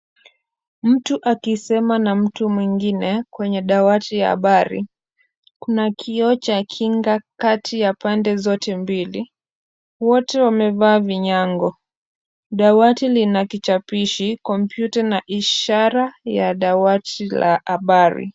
Mtu akisema na mtu mwingine kwenye dawati ya habari. Kuna kioo cha kinga kati ya pande zote mbili. Wote wamevaa vinyango. Dawati lina kichapishi, kompyuta na ishara ya dawati la habari.